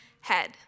head